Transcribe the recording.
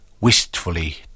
wistfully